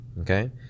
okay